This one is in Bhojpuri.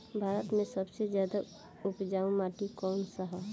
भारत मे सबसे ज्यादा उपजाऊ माटी कउन सा ह?